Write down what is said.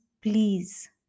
please